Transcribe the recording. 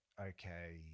okay